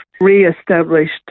re-established